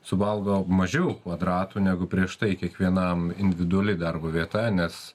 suvalgo mažiau kvadratų negu prieš tai kiekvienam individuali darbo vieta nes